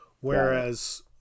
Whereas